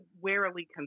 warily